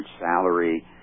salary